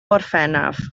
orffennaf